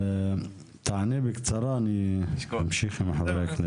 תענה בקצרה, אני אמשיך עם חברי הכנסת.